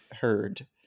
heard